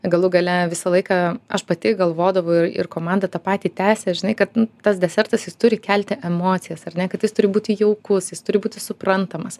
galų gale visą laiką aš pati galvodavau ir ir komanda tą patį tęsia žinai kad tas desertas jis turi kelti emocijas ar ne kad jis turi būti jaukus jis turi būti suprantamas